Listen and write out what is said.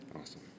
Awesome